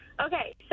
Okay